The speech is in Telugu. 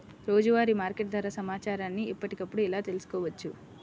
రోజువారీ మార్కెట్ ధర సమాచారాన్ని ఎప్పటికప్పుడు ఎలా తెలుసుకోవచ్చు?